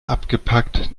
abgepackt